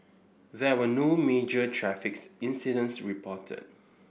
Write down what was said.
there were no major traffic incidents reported